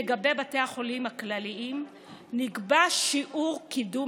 לגבי בתי החולים הכלליים נקבע שיעור קידום